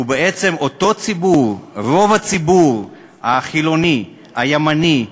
ובעצם אותו ציבור, רוב הציבור החילוני, הימני,